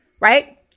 Right